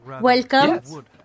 Welcome